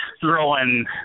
throwing